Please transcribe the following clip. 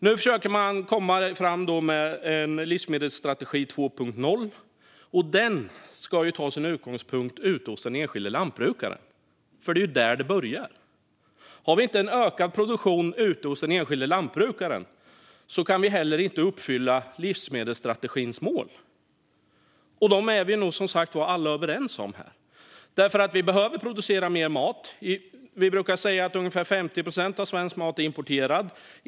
Nu försöker man få fram en livsmedelsstrategi 2.0, och den ska ta sin utgångspunkt ute hos den enskilda lantbrukaren. Det är ju där det börjar. Får vi inte en ökad produktion ute hos den enskilda lantbrukaren kan vi inte heller uppfylla livsmedelsstrategins mål, och dem är vi nog alla här som sagt överens om. Vi behöver nämligen producera mer mat. Vi brukar säga att ungefär 50 procent av svensk mat är importerad.